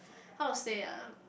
how to say ah